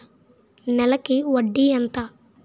నెలకి వడ్డీ ఎంత?